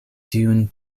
tiun